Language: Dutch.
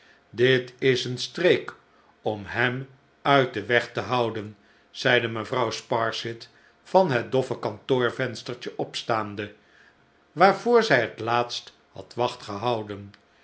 dit is een streek om hem uit den weg te houden zeide mevrouw sparsit van het doffe kantoorvenstertje opstaande waarvoor zij het laatst had wacht gehouden